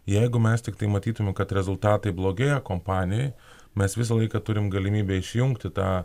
jeigu mes tiktai matytumėm kad rezultatai blogėja kompanijoj mes visą laiką turim galimybę išjungti tą